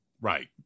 right